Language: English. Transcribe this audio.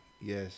yes